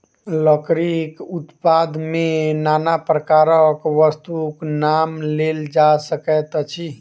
लकड़ीक उत्पाद मे नाना प्रकारक वस्तुक नाम लेल जा सकैत अछि